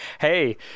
Hey